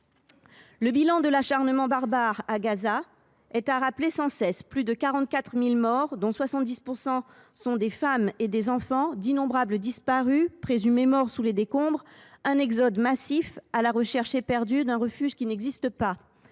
Le bilan de l’acharnement barbare à Gaza est à rappeler sans cesse : plus de 44 000 morts, dont 70 % de femmes et d’enfants, d’innombrables disparus, présumés morts sous les décombres, l’exode massif de populations à la recherche éperdue d’un refuge qui n’existe pas.